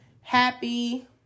happy